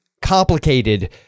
Complicated